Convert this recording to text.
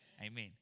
Amen